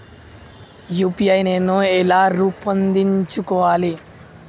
UPI నేను ఎలా రూపొందించుకోవాలి?